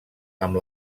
amb